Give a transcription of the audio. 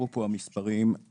המספרים נאמרו פה.